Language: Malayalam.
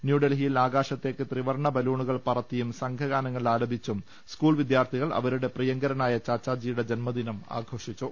ന്യൂഡൽഹിയിൽ ആകാശത്തേക്ക് ത്രിവർണ്ണ ബലൂണുകൾ പറത്തിയും സംഘഗാനങ്ങൾ ആലപിച്ചും സ്കൂൾ വിദ്യാർത്ഥികൾ അവരുടെ പ്രിയങ്കരനായ ചാച്ചാജിയുടെ ജന്മദിനം ആഘോഷിച്ചു